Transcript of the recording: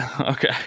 Okay